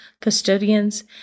custodians